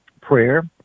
prayer